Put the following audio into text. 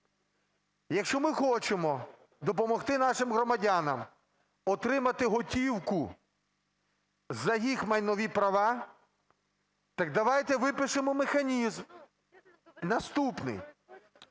якщо ми хочемо допомогти нашим громадянам отримати готівку за їхні майнові права, так давайте випишемо механізм наступний: